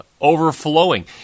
overflowing